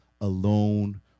alone